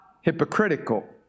hypocritical